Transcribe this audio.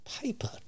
paper